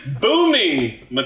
Booming